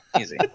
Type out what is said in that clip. easy